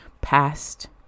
past